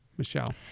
Michelle